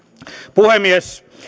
puhemies